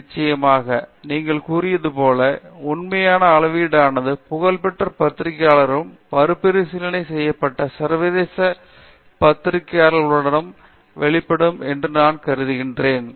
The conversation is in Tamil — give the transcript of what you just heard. நிச்சயமாக நீங்கள் கூறியது போல உண்மையான அளவீடானது புகழ்பெற்ற பத்திரிகையாளர்களுடனும் மறுபரிசீலனை செய்யப்பட்ட சர்வதேச பத்திரிகையாளர்களுடனும் வெளியிடப்படும் என நான் கருதுகிறேன்